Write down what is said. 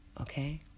okay